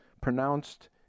pronounced